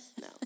No